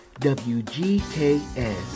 WGKS